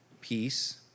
peace